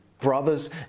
brothers